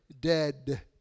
dead